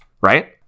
right